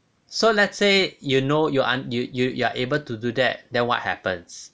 so let's say you know you aren't you you you are able to do that then what happens